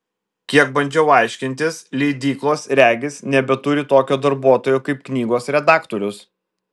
kiek bandžiau aiškintis leidyklos regis nebeturi tokio darbuotojo kaip knygos redaktorius